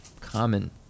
common